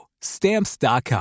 Stamps.com